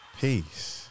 Peace